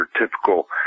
typical